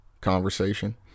conversation